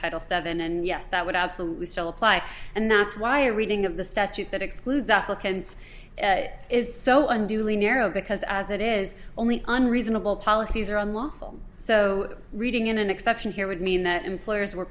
title seven and yes that would absolutely still apply and that's why a reading of the statute that excludes applicants is so unduly narrow because as it is only an reasonable policies are unlawful so reading in an exception here would mean that employers were